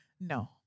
No